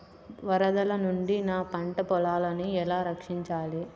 వరదల నుండి నా పంట పొలాలని ఎలా రక్షించాలి?